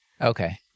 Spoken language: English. Okay